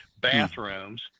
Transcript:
bathrooms